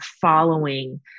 following